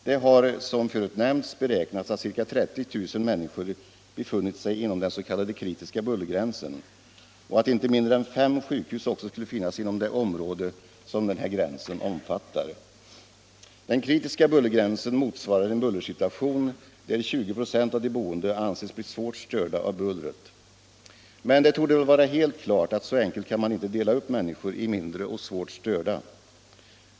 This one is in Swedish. Det har, som förut nämnts, beräknats att ca 30 000 människor befunnit sig inom den s.k. kritiska bullergränsen och att inte mindre än fem sjukhus också skulle finnas inom det område som denna gräns omfattar. Den kritiska bullergränsen motsvarar en bullersituation där 20 96 av de boende anses bli svårt störda av bullret. Men det torde väl vara helt klart att så enkelt kan man inte dela upp människor i mindre störda och svårt störda.